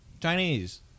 Chinese